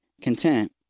content